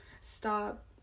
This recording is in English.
stop